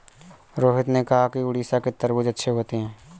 रोहित ने कहा कि उड़ीसा के तरबूज़ अच्छे होते हैं